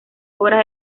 obras